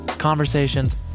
conversations